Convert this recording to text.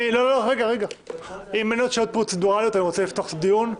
אם אין עוד שאלות פרוצדורליות אני רוצה לפתוח את הדיון.